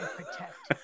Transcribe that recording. protect